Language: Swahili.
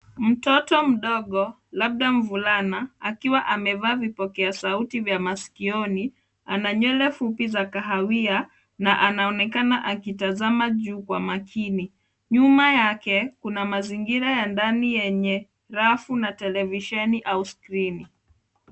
Mtoto mdogo labda mvulana akiwa amevaa vipokea sauti vya masikioni, ana nywele fupi za kahawia na anaonekana akitazama juu kwa makini, nyuma yake kuna mazingira ya ndani enye rafu na televisheni au skrini.